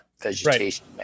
vegetation